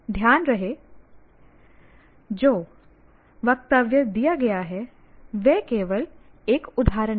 ध्यान रहे जो वक्तव्य दिया गया है वह केवल एक उदाहरण है